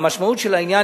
המשמעות של העניין,